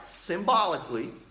Symbolically